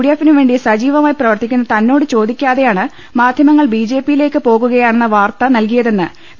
ഡിഎഫിനുവേണ്ടി സജീവമായി പ്രവർത്തിക്കുന്ന തന്നോട് ചോദിക്കാതെയാണ് മാധ്യമങ്ങൾ ബിജെപ്പിയിലേക്ക് പോകുക യാണെന്ന വാർത്ത പടച്ചുവിട്ടത് പി